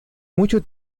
mucho